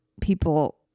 people